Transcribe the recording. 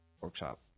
workshop